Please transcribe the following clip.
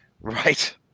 Right